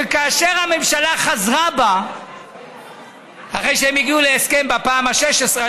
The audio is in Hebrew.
וכאשר הממשלה חזרה בה אחרי שהם הגיעו להסכם בפעם ה-16,